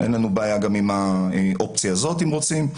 אין לנו בעיה גם עם האופציה הזאת אם רוצים.